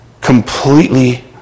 Completely